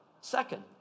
Second